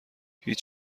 هیچ